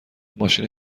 ماشین